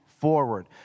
forward